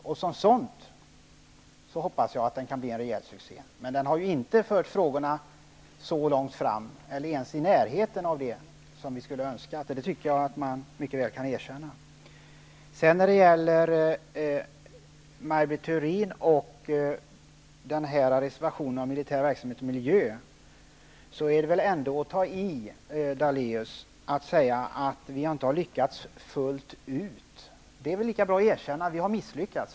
Som ett sådant hoppas jag att den kan bli en verklig succé. Men den kommer nog inte att föra frågorna så långt fram eller ens i närheten av det som vi skulle önska. Maj Britt Theorin är med på reservationen om militära aktiviteter och miljö. Det är väl ändå att ta i, Lennart Daléus, att säga att vi inte har lyckats fullt ut. Det är väl lika bra att erkänna att vi har misslyckats.